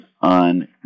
on